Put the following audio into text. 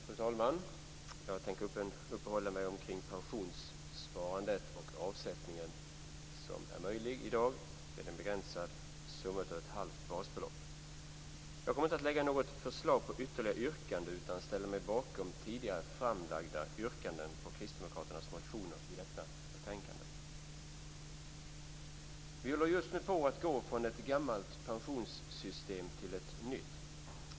Fru talman! Jag tänker uppehålla mig vid pensionssparandet och den avsättning som är möjlig i dag - den begränsade summan ett halvt basbelopp. Jag kommer inte att lägga fram något förslag på ytterligare yrkanden utan ställer mig bakom tidigare framlagda yrkanden vad gäller kristdemokraternas motioner i detta betänkande. Vi håller just nu på att gå från ett gammalt pensionssystem till ett nytt.